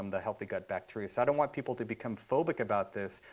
the healthy gut bacteria. so i don't want people to become phobic about this.